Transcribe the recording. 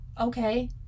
okay